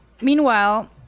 Meanwhile